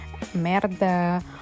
merda